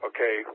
Okay